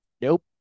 Nope